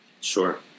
Sure